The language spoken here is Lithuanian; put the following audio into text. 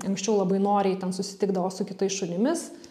anksčiau labai noriai ten susitikdavo su kitais šunimis